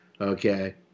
Okay